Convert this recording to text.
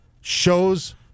shows